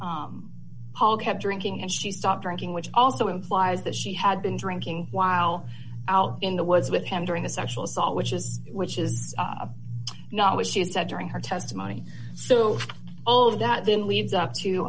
that paul kept drinking and she stopped drinking which also implies that she had been drinking while out in the was with him during the sexual assault which is which is not what she had said during her testimony so old that then leads up to